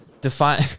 Define